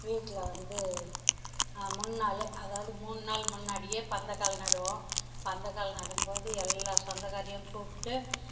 வீட்டில் வந்து மூணு நாள் அதாவது மூணு நாள் முன்னாடியே பந்தக்கால் நடுவோம் பந்தக்கால் நடும்போது எல்லா சொந்தக்காரரையும் கூப்பிட்டு